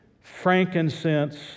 frankincense